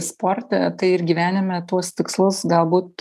sporte tai ir gyvenime tuos tikslus galbūt